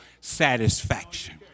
satisfaction